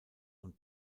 und